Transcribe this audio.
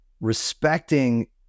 respecting